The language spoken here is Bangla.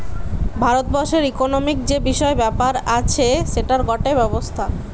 ভারত বর্ষের ইকোনোমিক্ যে বিষয় ব্যাপার আছে সেটার গটে ব্যবস্থা